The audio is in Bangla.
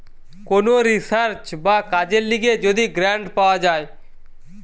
কোন রিসার্চ বা কাজের লিগে যদি গ্রান্ট পাওয়া যায়